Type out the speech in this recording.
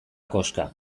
koxka